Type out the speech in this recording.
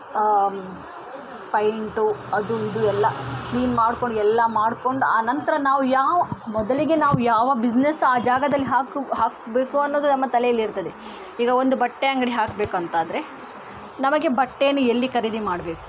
paint ಅದು ಇದು ಎಲ್ಲಾ ಕ್ಲೀನ್ ಮಾಡ್ಕೊಂಡು ಎಲ್ಲಾ ಮಾಡ್ಕೊಂಡು ಆ ನಂತರ ನಾವು ಯಾವ ಮೊದಲಿಗೆ ನಾವು ಯಾವ ಬಿಸ್ನೆಸ್ ಆ ಜಾಗದಲ್ಲಿ ಹಾಕು ಹಾಕಬೇಕು ಅನ್ನೋದು ನಮ್ಮ ತಲೇಲಿರುತ್ತದೆ ಈಗ ಒಂದು ಬಟ್ಟೆ ಅಂಗಡಿ ಹಾಕಬೇಕು ಅಂತಾದರೆ ನಮಗೆ ಬಟ್ಟೆನೇ ಎಲ್ಲಿ ಖರೀದಿ ಮಾಡಬೇಕು